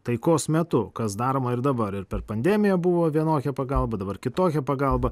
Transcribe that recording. taikos metu kas daroma ir dabar ir per pandemiją buvo vienokia pagalba dabar kitokia pagalba